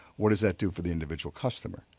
what does that do for the individual customer?